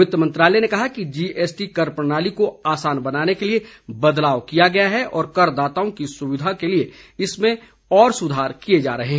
वित्तमंत्रालय ने कहा है कि जीएसटी कर प्रणाली को आसान बनाने के लिए बदलाव किया गया है और करदाताओं की सुविधा के लिए इसमें और सुधार किए जा रहे हैं